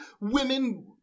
women